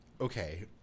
Okay